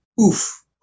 Oof